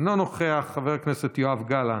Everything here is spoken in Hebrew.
אינו נוכח, חבר הכנסת יואב גלנט,